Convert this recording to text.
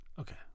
Okay